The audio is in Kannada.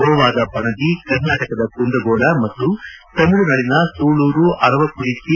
ಗೋವಾದ ಪಣಜಿ ಕರ್ನಾಟಕದ ಕುಂದಗೋಳ ಮತ್ತು ತಮಿಳುನಾಡಿನ ಸೂಳೂರು ಅರವಕುರಿಚ್ಚಿ